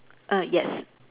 err yes